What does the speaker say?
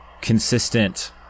consistent